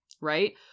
Right